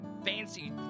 fancy